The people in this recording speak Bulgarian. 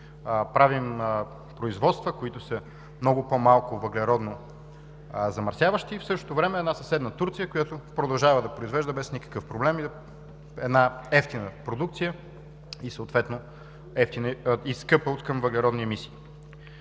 правим производства, които са много по-малко въглеродно замърсяващи, а в същото време една съседна Турция продължава да произвежда без никакъв проблем евтина продукция и скъпа откъм въглеродни емисии.